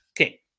Okay